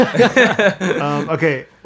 Okay